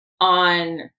on